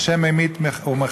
ה' ממית ומחיה,